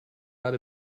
out